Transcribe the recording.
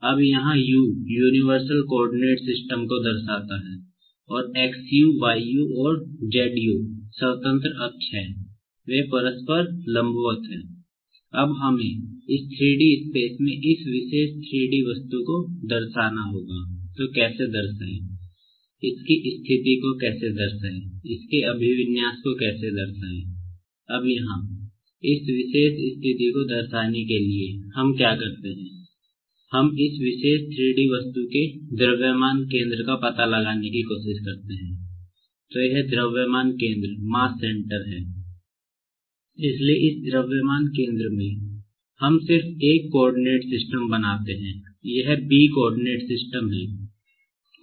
अब यहाँ U universal coordinate system है और इसमें XB YB और ZB है